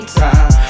time